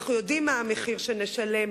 אנחנו יודעים מה המחיר שנשלם,